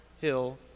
Hill